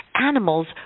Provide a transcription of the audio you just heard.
animals